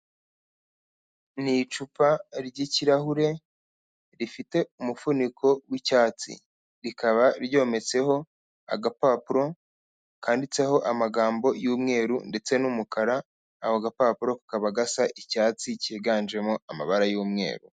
Ni icupa ry'ikirahure rifite umufuniko w'icyatsi, rikaba ryometseho agapapuro kanditseho amagambo y'umweru ndetse n'umukara, ako gapapuro kakaba gasa icyatsi cyiganjemo amabara y'umweru.